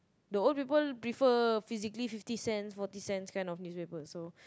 the old people prefer physically fifty cents forty cents kind of newspaper so